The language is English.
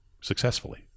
successfully